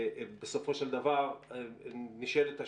בסופו של דבר נשאלת השאלה,